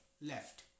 left